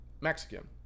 Mexican